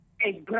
hey